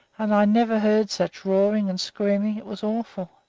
and i never heard such roaring and screaming. it was awful.